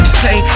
say